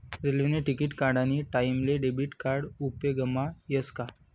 रेल्वेने तिकिट काढानी टाईमले डेबिट कार्ड उपेगमा यस का